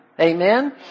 Amen